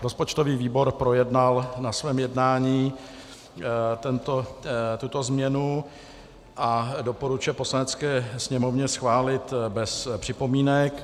Rozpočtový výbor projednal na svém jednání tuto změnu a doporučuje Poslanecké sněmovně schválit bez připomínek.